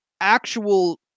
actual